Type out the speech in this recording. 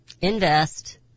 invest